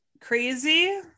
crazy